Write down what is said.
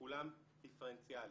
כולם דיפרנציאלי.